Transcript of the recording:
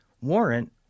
warrant